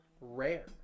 rare